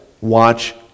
watch